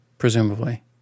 presumably